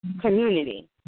community